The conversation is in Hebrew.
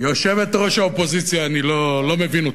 יושבת-ראש האופוזיציה, אני לא מבין אותה,